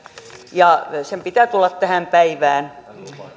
ja sen pitää tulla tähän päivään